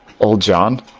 old john!